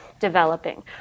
developing